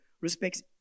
respects